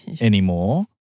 anymore